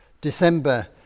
December